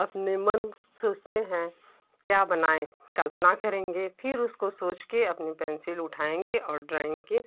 अपने मन सोंचते हैं क्या बनाएँ कल्पना करेंगे फिर उसको सोच के अपनी पेंसिल उठाएँगे और ड्राइंग की